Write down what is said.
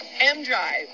M-Drive